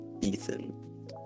Ethan